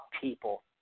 people